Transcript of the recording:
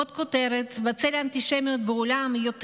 עוד כותרת: בצל האנטישמיות בעולם יותר